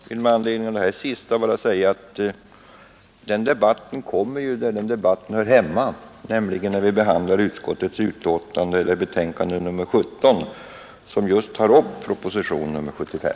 Herr talman! Jag vill med anledning av det sista bara säga att den debatten kommer där den hör hemma, nämligen när vi behandlar utskottets betänkande nr 17 som just tar upp propositionen 75.